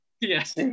Yes